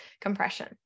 compression